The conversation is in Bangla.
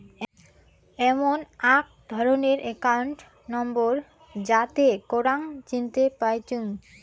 এমন আক ধরণের একাউন্ট নম্বর যাতে করাং চিনতে পাইচুঙ